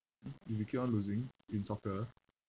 mm if you keep on losing in soccer